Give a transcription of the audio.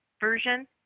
version